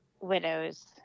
widows